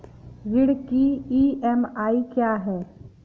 ऋण की ई.एम.आई क्या है?